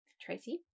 Tracy